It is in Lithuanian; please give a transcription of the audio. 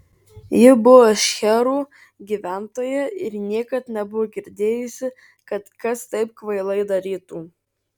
ji buvo šcherų gyventoja ir niekad nebuvo girdėjusi kad kas taip kvailai darytų